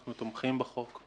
אנחנו תומכים בחוק.